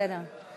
בסדר.